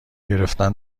گرفتن